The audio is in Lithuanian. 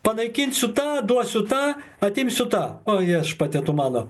panaikinsiu tą duosiu tą atimsiu tą o viešpatie tu mano